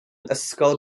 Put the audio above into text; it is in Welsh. ysgol